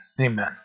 Amen